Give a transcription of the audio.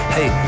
Hey